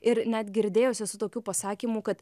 ir net girdėjus esu tokių pasakymų kad